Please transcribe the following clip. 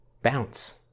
bounce